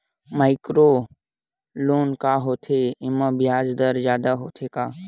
Micro loan का होथे येमा ब्याज दर जादा होथे का?